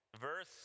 Verse